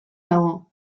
dago